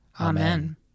Amen